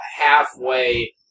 halfway